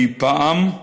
אי-פעם.